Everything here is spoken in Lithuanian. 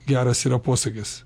geras yra posakis